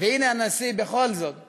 והנה, הנשיא בכל זאת אישר,